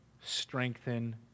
strengthen